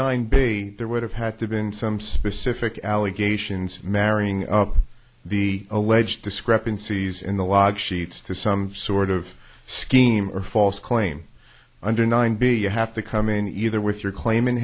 nine bay there would have had to been some specific allegations of marrying the alleged discrepancies in the large sheets to some sort of scheme or false claim under nine b you have to come in either with your claim in